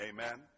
Amen